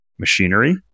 machinery